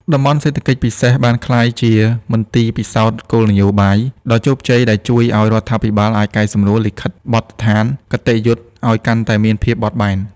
តំបន់សេដ្ឋកិច្ចពិសេស បានក្លាយជា "មន្ទីរពិសោធន៍គោលនយោបាយ" ដ៏ជោគជ័យដែលជួយឱ្យរដ្ឋាភិបាលអាចកែសម្រួលលិខិតបទដ្ឋានគតិយុត្តឱ្យកាន់តែមានភាពបត់បែន។